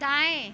दाएँ